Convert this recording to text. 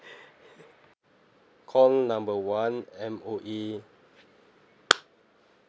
call number one M_O_E